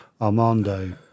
Armando